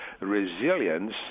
resilience